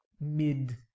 mid